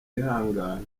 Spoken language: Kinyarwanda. yihangane